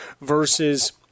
versus –